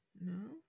no